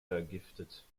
vergiftet